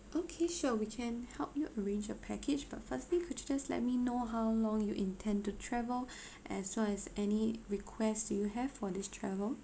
okay sure we can help you arrange a package but first thing could you just let me know how long you intend to travel as well as any request you have for this travel